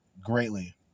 greatly